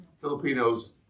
Filipinos